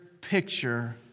picture